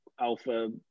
alpha